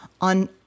on